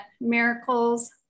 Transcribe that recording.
miracles